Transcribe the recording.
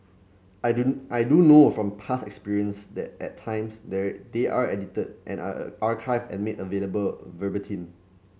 I do I do know from past experience that at times they are they are edited and are a archived and made available verbatim